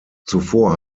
zuvor